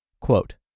Quote